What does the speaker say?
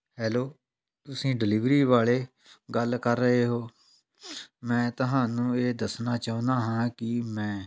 hello ਤੁਸੀਂ delivery ਵਾਲੇ ਗੱਲ ਕਰ ਰਹੇ ਹੋ ਮੈਂ ਤੁਹਾਨੂੰ ਇਹ ਦੱਸਣਾ ਚਾਹੁੰਦਾ ਹਾਂ ਕਿ ਮੈਂ